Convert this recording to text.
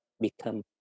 become